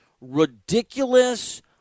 ridiculous